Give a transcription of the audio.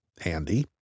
Handy